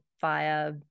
via